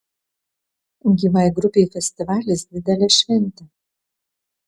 gyvai grupei festivalis didelė šventė